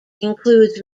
includes